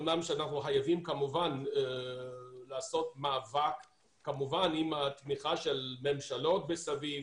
אמנם אנחנו חייבים כמובן לעשות מאבק עם תמיכה של הממשלות מסביב,